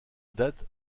date